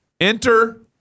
enter